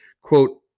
quote